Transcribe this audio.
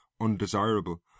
undesirable